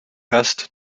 best